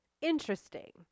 interesting